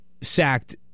sacked